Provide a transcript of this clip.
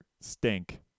stink